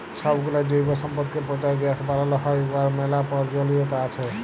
ছবগুলা জৈব সম্পদকে পঁচায় গ্যাস বালাল হ্যয় উয়ার ম্যালা পরয়োজলিয়তা আছে